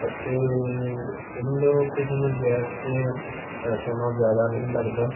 ਅਤੇ induction gas 'ਤੇ ਸਮਾਂ ਜ਼ਿਆਦਾ ਨਹੀਂ ਲੱਗਦਾ